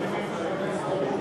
כל השכנים,